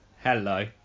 Hello